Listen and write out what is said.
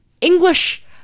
English